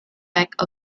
effect